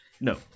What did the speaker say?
no